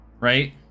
right